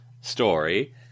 story